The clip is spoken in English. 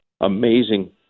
amazing